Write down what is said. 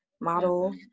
model